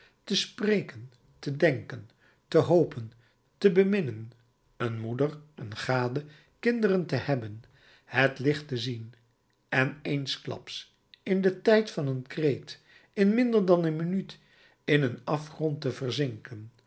te spreken te denken te hopen te beminnen een moeder een gade kinderen te hebben het licht te zien en eensklaps in den tijd van een kreet in minder dan een minuut in een afgrond te verzinken